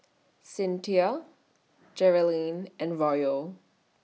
Cinthia Geralyn and Royal